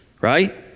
right